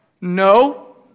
no